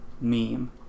meme